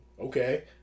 okay